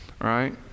right